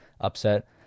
upset